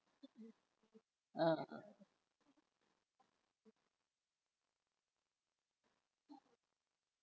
uh